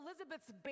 Elizabeth's